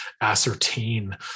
ascertain